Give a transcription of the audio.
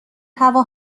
هوا